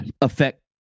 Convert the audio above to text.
affect